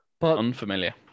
unfamiliar